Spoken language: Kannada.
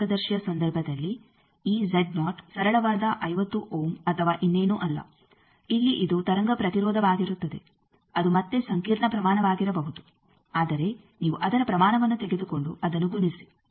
ತರಂಗಮಾರ್ಗದರ್ಶಿಯ ಸಂದರ್ಭದಲ್ಲಿ ಈ ಸರಳವಾದ 50 ಓಮ್ ಅಥವಾ ಇನ್ನೇನು ಅಲ್ಲ ಇಲ್ಲಿ ಇದು ತರಂಗ ಪ್ರತಿರೋಧವಾಗಿರುತ್ತದೆ ಅದು ಮತ್ತೆ ಸಂಕೀರ್ಣ ಪ್ರಮಾಣವಾಗಿರಬಹುದು ಆದರೆ ನೀವು ಅದರ ಪ್ರಮಾಣವನ್ನು ತೆಗೆದುಕೊಂಡು ಅದನ್ನು ಗುಣಿಸಿ